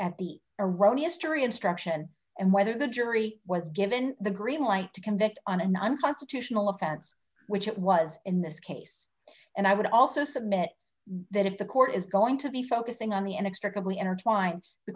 at the erroneous jury instruction and whether the jury was given the green light to convict on an unconstitutional offense which it was in this case and i would also submit that if the court is going to be focusing on the